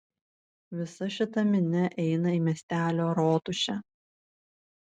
visa šita minia eina į miestelio rotušę